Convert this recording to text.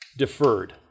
deferred